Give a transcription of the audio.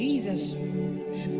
Jesus